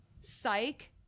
Psych